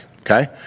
okay